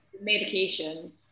medication